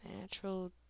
natural